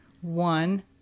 one